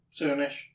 Soonish